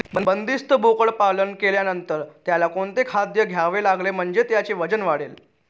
बंदिस्त बोकडपालन केल्यानंतर त्याला कोणते खाद्य द्यावे लागेल म्हणजे त्याचे वजन वाढेल?